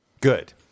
Good